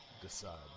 decide